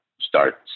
starts